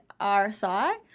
RSI